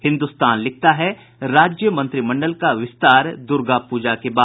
हिन्दुस्तान लिखता है राज्य मंत्रिमंडल का विस्तार दुर्गा पूजा के बाद